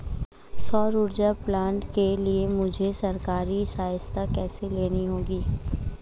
सौर ऊर्जा प्लांट के लिए मुझे सरकारी सहायता कैसे लेनी होगी?